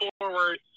forward